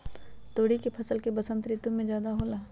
तोरी के फसल का बसंत ऋतु में ज्यादा होला?